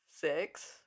six